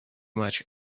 much